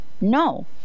No